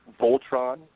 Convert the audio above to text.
Voltron